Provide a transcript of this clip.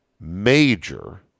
major